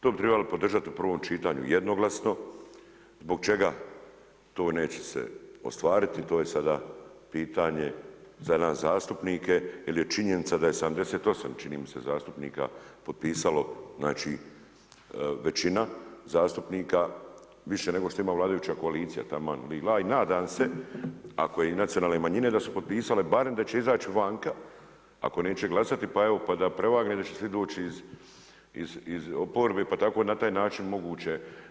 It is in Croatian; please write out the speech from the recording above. To bi trebali podržati u prvom čitanju jednoglasno, zbog čega to neće se ostvariti to je sada pitanje za nas zastupnike jer je činjenica da je 78, čini mi se zastupnika potpisalo, znači većina zastupnika, više nego što ima vladajuća koalicija, taman li-la i nadam se ako i nacionalne manjine da su potpisale barem da će izaći vanka ako neće glasati pa evo pa da prevagne … iz oporbe pa tako na taj način moguće.